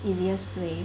easiest place